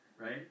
right